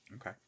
Okay